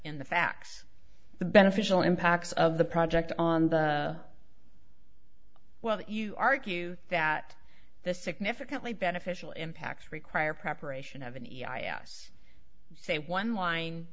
in the facts the beneficial impacts of the project on the well that you argue that the significantly beneficial impacts require preparation of any i r s say one line